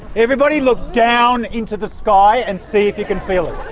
everybody look down into the sky, and see if you can feel it.